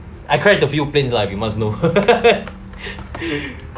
I crack the few place lah if you must know